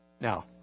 Now